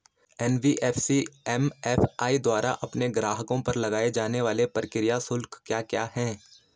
NBFC MFI द्वारा अपने ग्राहकों पर लगाए जाने वाले प्रक्रिया शुल्क क्या क्या हैं?